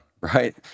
right